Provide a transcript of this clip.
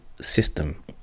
system